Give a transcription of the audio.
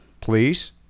Please